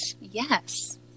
Yes